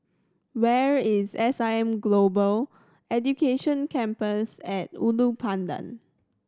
where is S I M Global Education Campus and Ulu Pandan